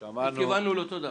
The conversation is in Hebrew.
כיוונו לאותו דבר.